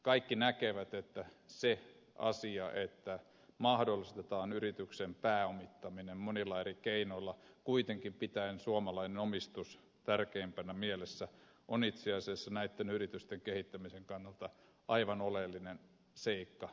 kaikki näkevät että se asia että mahdollistetaan yrityksen pääomittaminen monilla eri keinoilla kuitenkin pitäen suomalainen omistus tärkeimpänä mielessä on itse asiassa näitten yritysten kehittämisen kannalta aivan oleellinen seikka